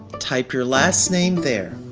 type your last name there.